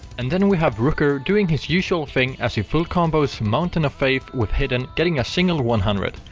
and then we have rucker doing his usual thing as he full combos mountain of faith with hidden, getting a single one hundred.